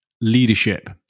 leadership